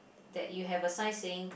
that you have a sign saying